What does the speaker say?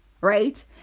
Right